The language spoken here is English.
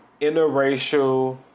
interracial